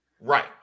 Right